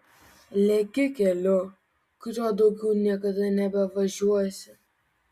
leki keliu kuriuo daugiau niekada nebevažiuosi